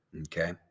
Okay